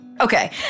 Okay